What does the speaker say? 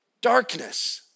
Darkness